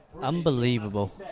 Unbelievable